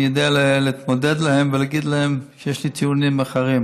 אני יודע להתמודד איתם ולהגיד להם שיש לי טיעונים אחרים.